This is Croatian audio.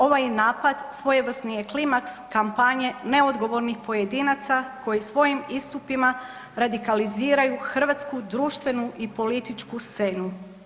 Ovaj napad svojevrsni je klimaks kampanje neodgovornih pojedinaca koji svojim istupima radikaliziraju hrvatsku društvenu i političku scenu.